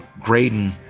Graydon